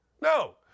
No